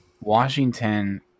Washington